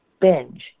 binge